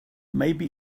maybe